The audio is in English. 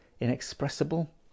inexpressible